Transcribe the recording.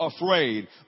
afraid